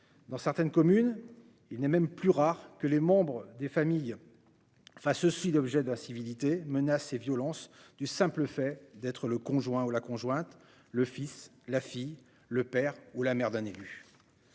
dans certaines communes, il n'est même plus rare que les membres des familles enfin aussi l'objet d'incivilité, menaces et violences, du simple fait d'être le conjoint ou la conjointe, le fils, la fille, le père ou la mère d'un élu,